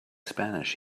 spanish